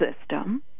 system